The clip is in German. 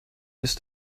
ist